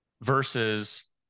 versus